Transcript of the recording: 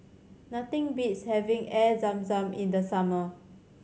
nothing beats having Air Zam Zam in the summer